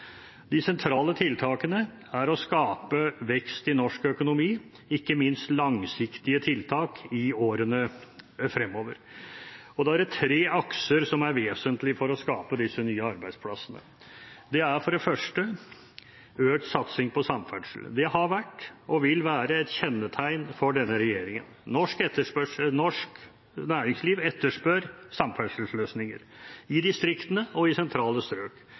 De sentrale tiltakene er å skape vekst i norsk økonomi, ikke minst langsiktige tiltak, i årene fremover, og da er det tre akser som er vesentlige for å skape disse nye arbeidsplassene. Det er for det første økt satsing på samferdsel. Det har vært og vil være et kjennetegn på denne regjeringen. Norsk næringsliv etterspør samferdselsløsninger – i distriktene og i sentrale strøk.